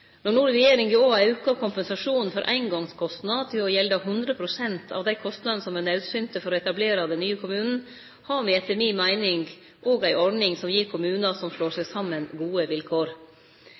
Når no regjeringa òg har auka kompensasjonen for eingongskostnader til å gjelde 100 pst. av dei kostnadene som er naudsynte for å etablere den nye kommunen, har me etter mi meining òg ei ordning som gir kommunar som slår seg saman, gode vilkår.